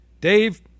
Dave